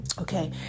Okay